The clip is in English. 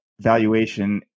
valuation